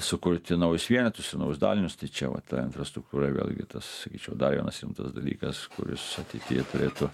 sukurti naujus vienetus ir naujus dalinius tai čia ta infrastruktūra vėlgi tas sakyčiau dar vienas rimtas dalykas kuris ateityje turėtų